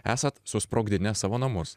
esat susprogdinęs savo namus